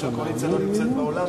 כמו שהקואליציה לא נמצאת באולם,